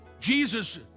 Jesus